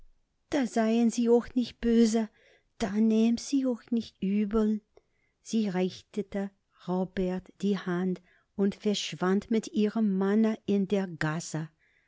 da seien sie och nich böse da nehm'n sie's och nich übel sie reichte robert die hand und verschwand mit ihrem manne in der gasse